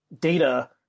data